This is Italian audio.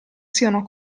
siano